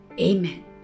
amen